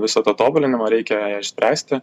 visą tą tobulinimą reikia ją išspręsti